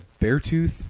Beartooth